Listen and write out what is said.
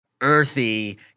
earthy